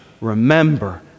Remember